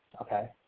Okay